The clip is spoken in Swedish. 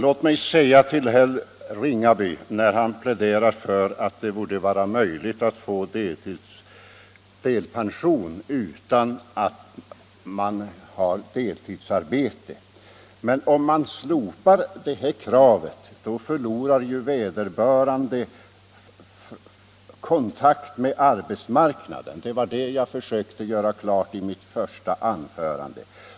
Herr talman! Herr Ringaby pläderar för att det borde vara möjligt att få delpension utan att ha deltidsarbete. Men om man slopar det kravet förlorar ju vederbörande kontakten med arbetsmarknaden. Det var det jag försökte göra klart i mitt första anförande.